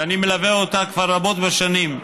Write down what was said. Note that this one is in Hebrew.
שאני מלווה אותה כבר רבות בשנים.